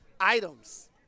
items